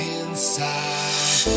inside